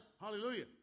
Hallelujah